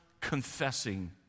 confessing